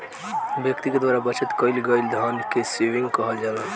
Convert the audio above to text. व्यक्ति के द्वारा बचत कईल गईल धन के सेविंग कहल जाला